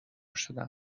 شدن